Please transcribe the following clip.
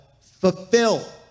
fulfill